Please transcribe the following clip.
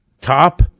top